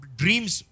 dreams